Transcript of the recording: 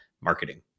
marketing